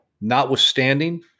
Notwithstanding